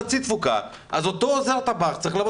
עכשיו האולם בתפוסה חלקית אז הוא צריך לעבוד